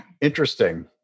interesting